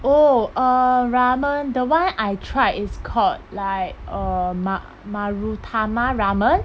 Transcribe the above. oh err ramen the one I tried is called like uh ma~ Marutama ramen